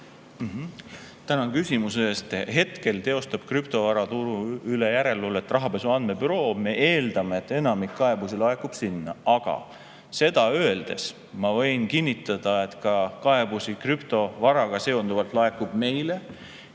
Tänan küsimuse eest! Hetkel teostab krüptovaraturu üle järelevalvet Rahapesu Andmebüroo. Me eeldame, et enamik kaebusi laekub sinna, aga seda öeldes ma võin kinnitada, et kaebusi krüptovaraga seonduvalt laekub ka meile.